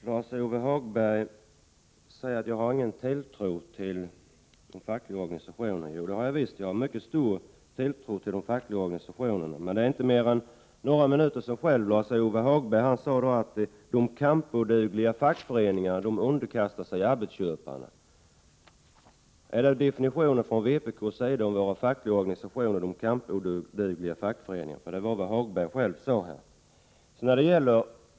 Herr talman! Lars-Ove Hagberg säger att jag inte har någon tilltro till de fackliga organisationerna. Jo, jag har mycket stor tilltro till dem. Men det är inte mer än några minuter sedan som Lars-Ove Hagberg själv sade att de kampodugliga fackföreningarna underkastar sig arbetsköparna. Är det vad vpk anser om de fackliga organisationerna, att de är kampodugliga? Det var väd Lars-Ove Hagberg sade själv.